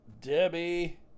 Debbie